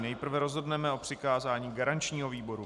Nejprve rozhodneme o přikázání garančního výboru.